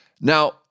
Now